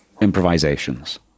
improvisations